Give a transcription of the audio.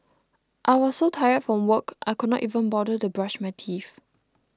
I was so tired from work I could not even bother to brush my teeth